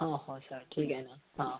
हां हां सर ठीक आहे ना हां